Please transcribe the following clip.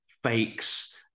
Fakes